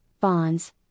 bonds